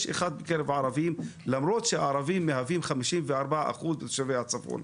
יש אחד בקרב הערבים למרות שהערבים מהווים 54% מתושבי הצפון.